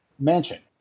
Mansion